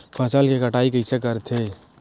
फसल के कटाई कइसे करथे?